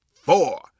four